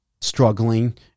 struggling